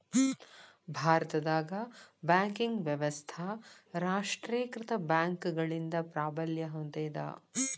ಭಾರತದಾಗ ಬ್ಯಾಂಕಿಂಗ್ ವ್ಯವಸ್ಥಾ ರಾಷ್ಟ್ರೇಕೃತ ಬ್ಯಾಂಕ್ಗಳಿಂದ ಪ್ರಾಬಲ್ಯ ಹೊಂದೇದ